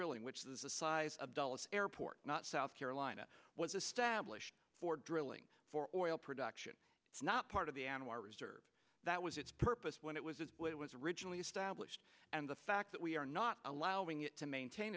drilling which is the size of dulles airport not south carolina was established for drilling for oil production it's not part of the anwar reserve that was its purpose when it was it was originally established and the fact that we are not allowing it to maintain